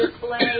display